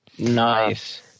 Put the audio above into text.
Nice